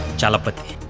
chalapathi.